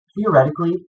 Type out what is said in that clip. Theoretically